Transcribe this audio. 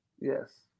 yes